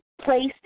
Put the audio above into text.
placed